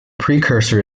precursor